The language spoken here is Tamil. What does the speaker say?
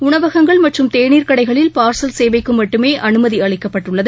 உனாவகங்கள் மற்றம் கேவீர் கடைகளில் பார்சல் சேவைக்கு மட்டுமே அனுமதி அளிக்கப்பட்டுள்ளது